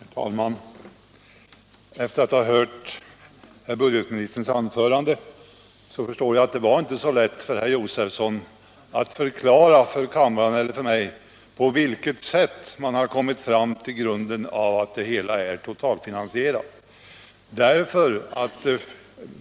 Herr talman! Efter att ha hört herr budgetministerns anförande förstår jag att det inte var så lätt för herr Josefson att förklara för kammaren eller för mig på vilket sätt man har kommit fram till att det hela är totalfinansierat.